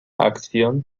acción